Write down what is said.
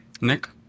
Nick